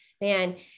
man